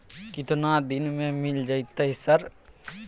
केतना दिन में मिल जयते सर?